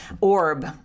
orb